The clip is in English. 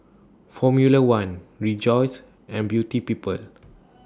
Formula one Rejoice and Beauty People